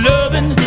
Loving